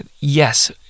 yes